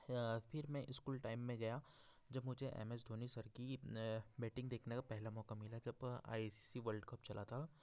फिर मैं school time में गया जब मुझे एम एस धोनी सर की बैटिंग देखने का पहला मौका मिला मिला जब आई सी वर्ल्ड कप चला था